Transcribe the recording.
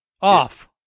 Off